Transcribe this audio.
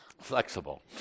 Flexible